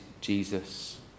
Jesus